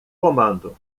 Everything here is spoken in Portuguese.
comando